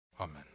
amen